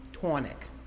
tonic